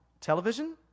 television